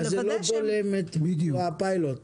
זה לא בולם את ביצוע הפיילוט.